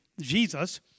Jesus